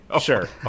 Sure